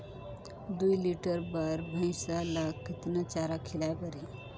दुई लीटर बार भइंसिया ला कतना चारा खिलाय परही?